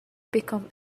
become